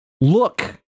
Look